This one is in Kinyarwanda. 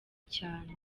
cyane